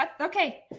okay